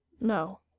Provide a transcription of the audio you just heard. No